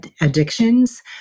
addictions